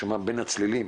ושומע בין הצלילים